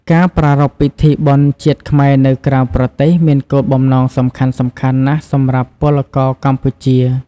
ការប្រារព្ធពិធីបុណ្យជាតិខ្មែរនៅក្រៅប្រទេស មានគោលបំណងសំខាន់ៗណាស់សម្រាប់ពលករកម្ពុជា។